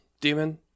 demon